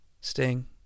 Sting